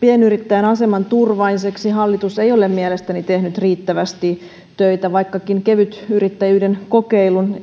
pienyrittäjän aseman turvaamiseksi hallitus ei ole mielestäni tehnyt riittävästi töitä vaikkakin kevytyrittäjyyden kokeilun